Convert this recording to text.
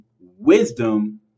wisdom